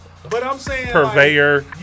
Purveyor